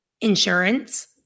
insurance